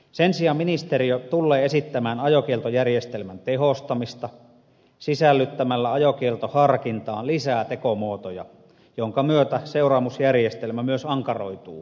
sen sijaan ministeriö tullee esittämään ajokieltojärjestelmän tehostamista sisällyttämällä ajokieltoharkintaan lisää tekomuotoja minkä myötä seuraamusjärjestelmä myös ankaroituu nykyisestä